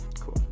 Cool